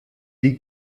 die